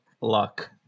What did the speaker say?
luck